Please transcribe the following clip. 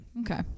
Okay